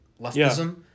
leftism